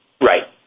Right